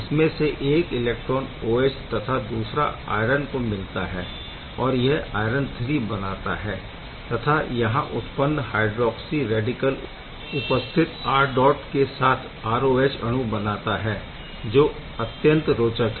इसमें से एक इलेक्ट्रॉन OH तथा दूसरा आयरन को मिलता है और यह आयरन III बनाता है तथा यहाँ उत्पन्न हय्ड्रोऑक्सी रैडिकल उपस्थित R डॉट के साथ ROH अणु बनाता है जो अत्यंत रोचक है